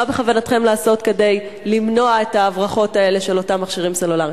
מה בכוונתכם לעשות כדי למנוע את ההברחות האלה של אותם מכשירים סלולריים?